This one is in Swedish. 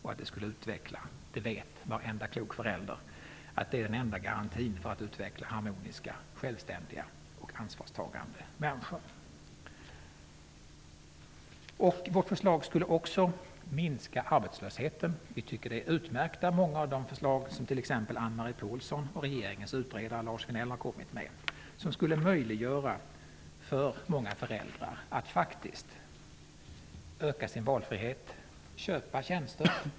Varenda klok förälder vet att detta är den enda garantin för utvecklandet av harmoniska, självständiga och ansvarstagande människor. Vårt förslag skulle också minska arbetslösheten. Vi tycker att många av de förslag som t.ex. Ann-Marie Pålsson och regeringens utredare Lars Vinell har lagt fram är utmärkta. De skulle möjliggöra för många föräldrar att öka sin valfrihet genom att köpa tjänster.